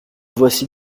voici